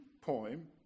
poem